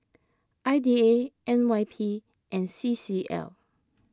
I D A N Y P and C C L